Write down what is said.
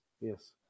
Yes